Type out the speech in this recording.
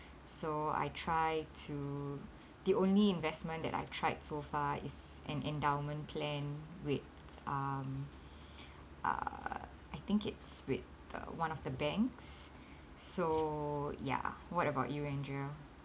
so I try to the only investment that I've tried so far is an endowment plan with um uh I think it's with the one of the banks so ya what about you andrea